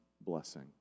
blessing